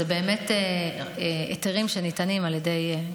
אלה באמת היתרים שניתנים על ידי,